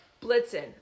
Blitzen